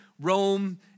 Rome